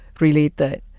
Related